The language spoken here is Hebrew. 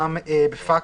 גם בפקס,